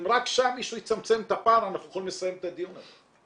אם רק שם מישהו יצמצם את הפער אנחנו יכולים לסיים את הדיון הזה.